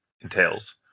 entails